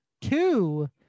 two